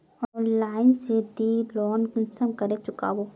Online से ती loan कुंसम करे चुकाबो?